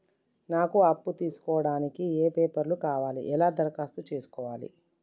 నాకు అప్పు తీసుకోవడానికి ఏ పేపర్లు కావాలి ఎలా దరఖాస్తు చేసుకోవాలి?